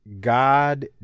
god